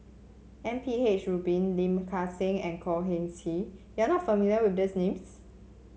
M P H Rubin Lim Kang Seng and Khor Ean Ghee you are not familiar with these names